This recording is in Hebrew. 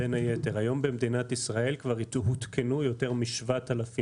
היום במדינת ישראל כבר הותקנו יותר מ-7,000